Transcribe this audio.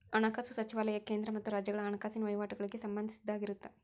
ಹಣಕಾಸು ಸಚಿವಾಲಯ ಕೇಂದ್ರ ಮತ್ತ ರಾಜ್ಯಗಳ ಹಣಕಾಸಿನ ವಹಿವಾಟಗಳಿಗೆ ಸಂಬಂಧಿಸಿದ್ದಾಗಿರತ್ತ